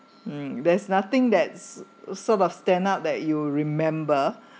mm there's nothing that's sort of stand up that you remember